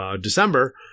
December